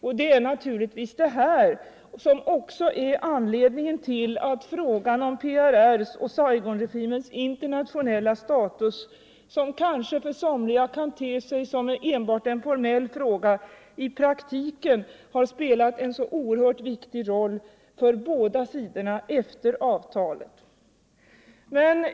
Och det är naturligtvis också den som är anledningen till att frågan om PRR:s och Saigonregimens internationella status, som kanske för somliga kan te sig som enbart en formell fråga, i praktiken har spelat en så oerhört viktig roll för båda sidorna efter avtalet.